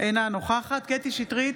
אינה נוכחת קטי קטרין שטרית,